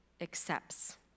accepts